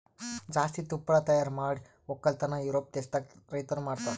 ಜಾಸ್ತಿ ತುಪ್ಪಳ ತೈಯಾರ್ ಮಾಡ್ ಒಕ್ಕಲತನ ಯೂರೋಪ್ ದೇಶದ್ ರೈತುರ್ ಮಾಡ್ತಾರ